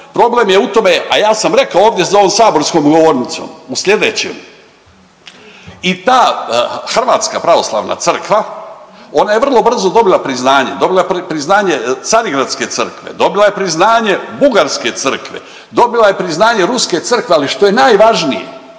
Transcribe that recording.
problem je u tome, a ja sam rekao ovdje za ovom saborskom govornicom, u sljedećem i ta Hrvatska pravoslavna Crkva, ona je vrlo brzo dobila priznanje, dobila je priznanje Carigradske Crkve, dobila je priznanje Bugarske Crkve, dobila je priznanje Ruske Crkve, ali što je najvažnije,